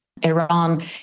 Iran